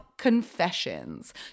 confessions